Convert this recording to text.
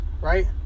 right